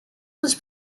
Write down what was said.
was